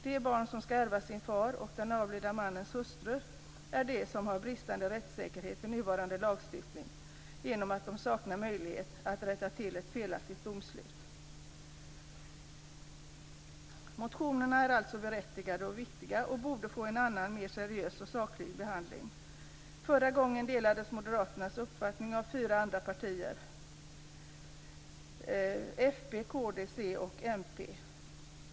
De barn som skall ärva sin far och den avlidne mannens hustru är de som har bristande rättssäkerhet i den nuvarande lagstiftningen genom att de saknar möjlighet att rätta till ett felaktigt domslut. Motionerna är alltså berättigade och viktiga och borde ha fått en helt annan, mera seriös och saklig behandling. Förra gången delades moderaternas uppfattning av fyra andra partier, Folkpartiet, Kristdemokraterna, Centerpartiet och Miljöpartiet.